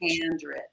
handwritten